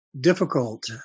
difficult